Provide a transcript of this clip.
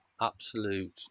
absolute